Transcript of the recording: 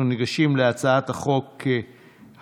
אנחנו ניגשים להצעת החוק השנייה,